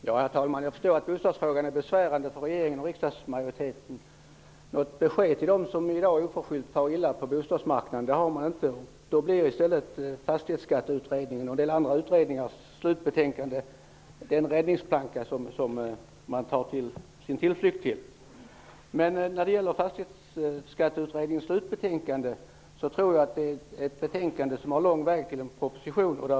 Herr talman! Jag förstår att bostadsfrågan är besvärande för regeringen och riksdagsmajoriteten. Något besked till dem som i dag oförskyllt far illa på bostadmarknaden har man inte. Fastighetsskatteutredningens och andra utredningars slutbetänkande är den räddningsplanka man tar sin tillflykt till. Från Fastighetsskatteutredningens slutbetänkande är det en lång väg till en proposition.